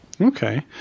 Okay